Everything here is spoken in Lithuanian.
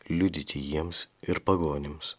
liudyti jiems ir pagonims